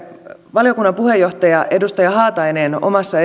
valiokunnan puheenjohtaja edustaja haatainen omassa